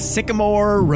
Sycamore